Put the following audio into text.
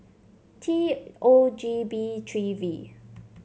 T O G B three V